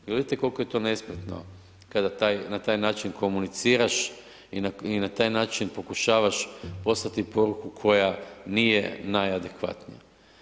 Jel vidite koliko je to nespretno kada na taj način komuniciraš i na taj način pokušavaš poslati poruku koja nije najadekvatnija.